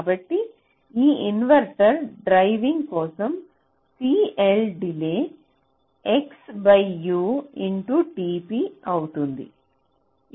కాబట్టి ఈ inverter driving కోసం CL డిలే XUtp అవుతుంది